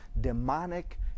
demonic